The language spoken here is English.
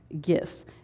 gifts